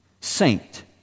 saint